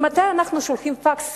ממתי אנחנו שולחים פקס